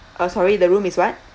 uh sorry the room is what